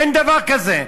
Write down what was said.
אין דבר כזה.